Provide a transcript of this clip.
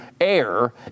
air